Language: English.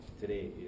today